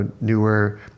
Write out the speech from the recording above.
newer